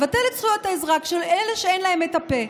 נבטל את זכויות האזרח של אלה שאין להם את הפה.